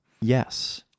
Yes